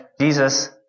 Jesus